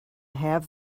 have